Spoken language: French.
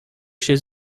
chez